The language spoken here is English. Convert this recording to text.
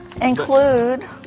include